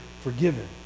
forgiven